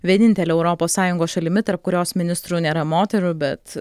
vienintele europos sąjungos šalimi tarp kurios ministrų nėra moterų bet